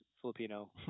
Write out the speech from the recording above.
Filipino